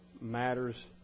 matters